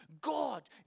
God